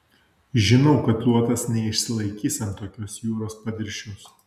žinau kad luotas neišsilaikys ant tokios jūros paviršiaus